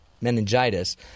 meningitis